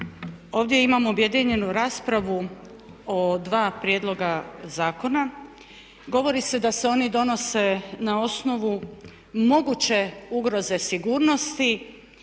ovdje imam objedinjenu raspravu o dva prijedloga zakona. Govori se da se oni donose na osnovu moguće ugroze sigurnosti